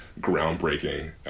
groundbreaking